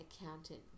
accountant